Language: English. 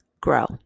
Grow